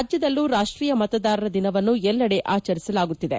ರಾಜ್ಯದಲ್ಲೂ ರಾಷ್ಟೀಯ ಮತದಾರರ ದಿನವನ್ನು ಎಲ್ಲೆಡೆ ಆಚರಿಸಲಾಗುತ್ತಿದೆ